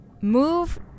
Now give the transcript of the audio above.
move